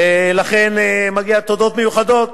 ולכן מגיע תודות מיוחדות